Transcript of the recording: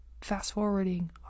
fast-forwarding